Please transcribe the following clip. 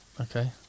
Okay